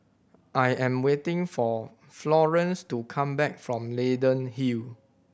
I am waiting for Florance to come back from Leyden Hill